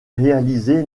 réalisé